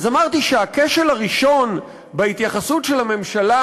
אמרתי שהכשל הראשון בהתייחסות של הממשלה